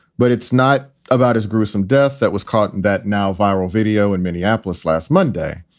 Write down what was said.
but it's not about his gruesome death that was caught in that now viral video in minneapolis last monday.